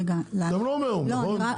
אתם לא מהאו"ם, נכון?